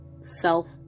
self